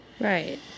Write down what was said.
Right